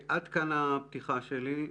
עד כאן הפתיחה שלי.